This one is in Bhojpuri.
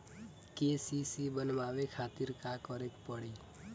के.सी.सी बनवावे खातिर का करे के पड़ी?